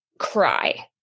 cry